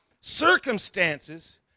circumstances